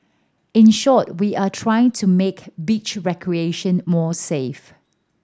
in short we are trying to make beach recreation more safe